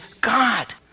God